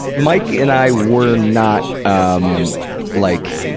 mike and i were not, um like.